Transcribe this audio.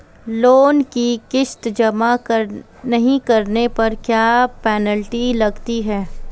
Loan की किश्त जमा नहीं कराने पर क्या पेनल्टी लगती है?